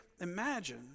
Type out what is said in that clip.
imagine